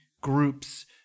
groups